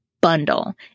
bundle